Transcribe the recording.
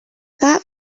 that